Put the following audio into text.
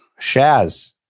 Shaz